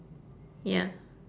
ya